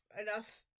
enough